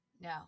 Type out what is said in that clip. No